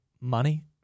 Money